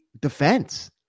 defense